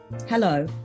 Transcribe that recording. Hello